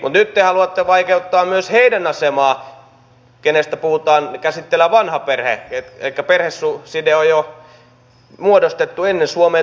mutta nyt te haluatte vaikeuttaa myös heidän asemaansa joista puhutaan käsitteellä vanha perhe elikkä joiden perheside on jo muodostettu ennen suomeen tuloa